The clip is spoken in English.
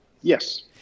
Yes